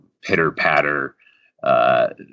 pitter-patter